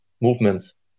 movements